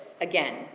again